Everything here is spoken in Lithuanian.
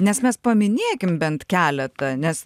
nes mes paminėkim bent keletą nes